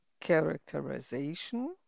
characterization